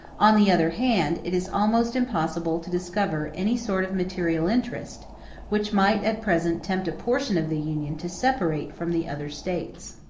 on the other hand, it is almost impossible to discover any sort of material interest which might at present tempt a portion of the union to separate from the other states.